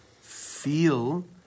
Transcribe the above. Feel